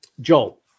joel